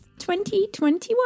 2021